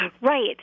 Right